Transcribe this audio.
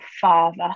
father